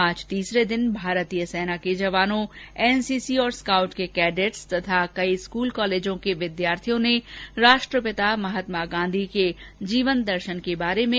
आज तीसरे दिन भारतीय सेना के जवानों एनसीसी और स्काउट के केडट्स तथा कई स्कूल कॉलेजों के विद्यार्थियों ने राष्ट्रपिता महात्मा गांधी के जीवन दर्शन के बारे में जानकारी हासिल की